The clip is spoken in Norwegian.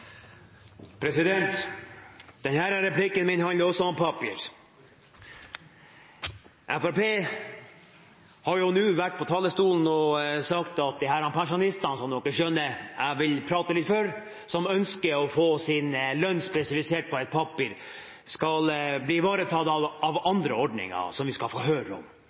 replikken fra meg handler også om papir. Fremskrittspartiet har nå vært på talerstolen og sagt at disse pensjonistene, som dere skjønner at jeg vil prate litt for, som ønsker å få sin lønn spesifisert på papir, skal bli ivaretatt av andre ordninger, som vi skal få høre om.